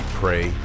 pray